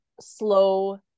slow